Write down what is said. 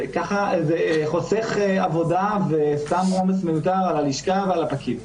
זה חוסך עבודה וסתם עומס מיותר על הלשכה ועל הפקיד.